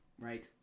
right